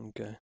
Okay